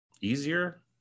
Easier